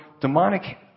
demonic